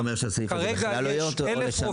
אז אתה אומר שהסעיף הזה בכלל לא יהיה או לשנות אותו?